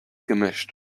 gemischt